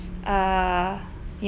they will break your leg is it